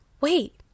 wait